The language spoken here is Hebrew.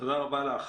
תודה רבה לך.